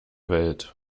welt